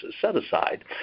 set-aside